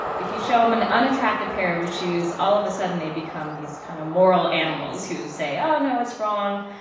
if you show them an unattractive pair of shoes, all of a sudden they become these kind of moral animals who say, oh, no, it's wrong.